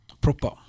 Proper